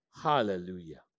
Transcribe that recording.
Hallelujah